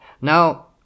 Now